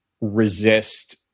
resist